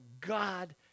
God